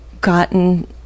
Gotten